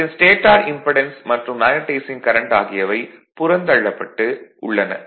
இதன் stator impedance மற்றும் magnetising current ஆகியவை புறந்தள்ளப்பட்டு உள்ளன